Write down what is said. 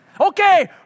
Okay